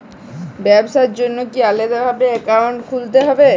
ব্যাবসার জন্য কি আলাদা ভাবে অ্যাকাউন্ট খুলতে হবে?